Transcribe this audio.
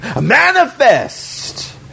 Manifest